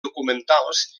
documentals